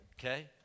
Okay